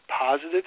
positive